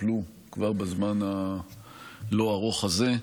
טופלו בזמן הלא-ארוך הזה.